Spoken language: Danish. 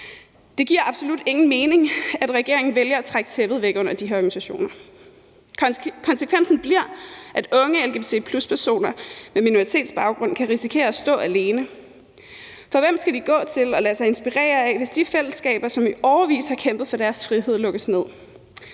Det giver absolut ingen mening, at regeringen vælger at trække tæppet væk under de her organisationer. Konsekvensen bliver, at unge lgbt+-personer med minoritetsbaggrund kan risikere at stå alene, for hvem skal de gå til og lade sig inspirere af, hvis de fællesskaber, som i årevis har kæmpet for deres frihed, lukkes ned?